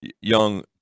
Young